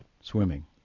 swimming